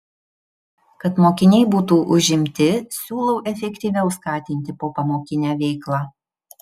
kad mokiniai būtų užimti siūlau efektyviau skatinti popamokinę veiklą